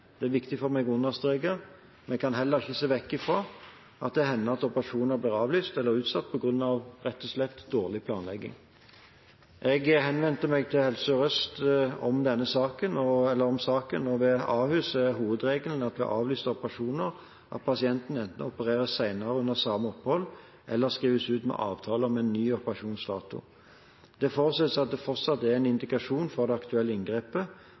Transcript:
det er viktig for meg å understreke at man heller ikke kan se bort fra at det hender at operasjoner blir avlyst eller utsatt rett og slett på grunn av dårlig planlegging. Jeg har henvendt meg til Helse Sør-Øst om saken. Ved Ahus er hovedregelen ved avlyst operasjon at pasienten enten opereres senere under samme opphold, eller skrives ut med avtale om ny operasjonsdato. Det forutsettes at det fortsatt er indikasjon for det aktuelle inngrepet,